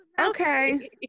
okay